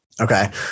Okay